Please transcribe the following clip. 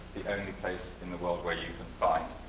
the only place in the world where you can find